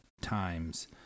times